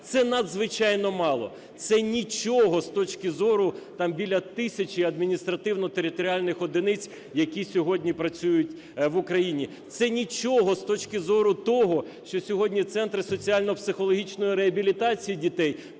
Це надзвичайно мало, це нічого з точки зору там біля тисячі адміністративно-територіальних одиниць, які сьогодні працюють в Україні. Це нічого з точки зору того, що сьогодні центри соціально-психологічної реабілітації дітей